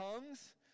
tongues